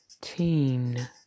Teen